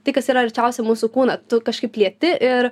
tai kas yra arčiausiai mūsų kūno tu kažkaip lieti ir